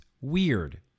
weird